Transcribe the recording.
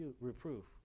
reproof